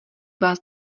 vás